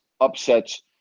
upsets